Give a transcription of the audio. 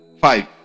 five